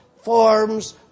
forms